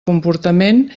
comportament